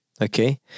Okay